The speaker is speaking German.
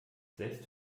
selbst